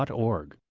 but org.